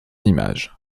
image